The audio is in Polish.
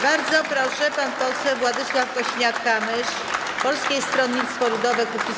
Bardzo proszę, pan poseł Władysław Kosiniak-Kamysz, Polskie Stronnictwo Ludowe - Kukiz15.